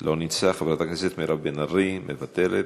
לא נמצא, חברת הכנסת מירב בן ארי, מוותרת.